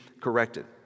corrected